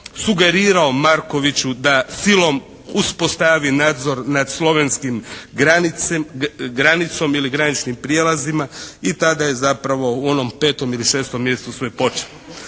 sugerirao Markoviću da silom uspostavi nadzor nad slovenskom granicom ili graničnim prijelazima i tada je zapravo u onom 5. ili 6. mjesecu sve počelo.